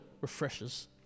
refreshes